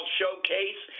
showcase